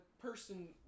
person